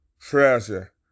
Treasure